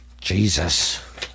Jesus